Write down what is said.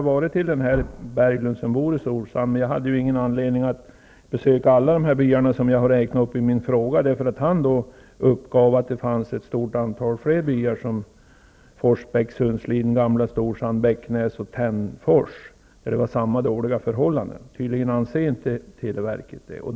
Nu har jag besökt denne Per-Johan Berglund -- jag hade ingen anledning att besöka alla de byar som jag har räknat upp i min fråga -- som då uppgav att det finns ett stort antal byar där förhållandena är dåliga, t.ex. Forsbäck, Sundslien, G:a Storsand, Bäcknäs och Tännfors. Tydligen anser televerket inte det.